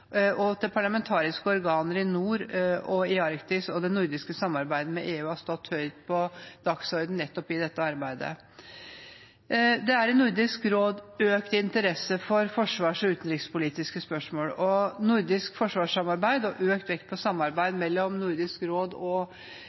til de parlamentariske organer i nord og i Arktis. Det nordiske samarbeidet med EU har stått høyt på dagsordenen i nettopp dette arbeidet. Det er i Nordisk råd økt interesse for forsvars- og utenrikspolitiske spørsmål. Nordisk forsvarssamarbeid og økt vekt på samarbeid mellom Nordisk råd og